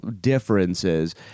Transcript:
differences